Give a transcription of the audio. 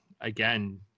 again